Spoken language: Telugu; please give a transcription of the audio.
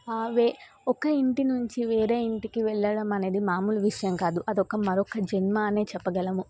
వే ఒక ఇంటి నుంచి వేరే ఇంటికి వెళ్ళడం అనేది మామూలు విషయం కాదు అదొక మరొక జన్మ అనే చెప్పగలము